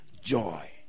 joy